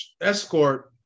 escort